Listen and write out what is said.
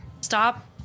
stop